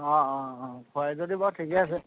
অঁ অঁ অঁ খোৱাই যদি বাৰু ঠিকে আছে